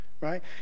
right